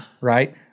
Right